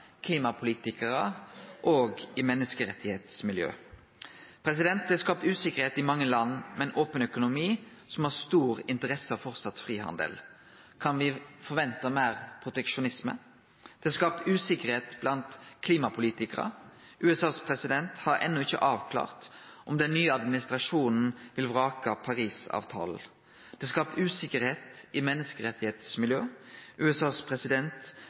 klimapolitikarar og i menneskerettsmiljø. Det er skapt usikkerheit i mange land med ein open økonomi som framleis har stor interesse av frihandel. Kan me forvente meir proteksjonisme? Det er skapt usikkerheit blant klimapolitikarar. USAs president har enno ikkje avklart om den nye administrasjonen vil vrake Paris-avtalen. Det er skapt usikkerheit i menneskerettsmiljø. USAs president